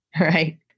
Right